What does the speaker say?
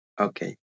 Okay